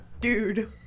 Dude